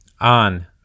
on